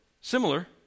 similar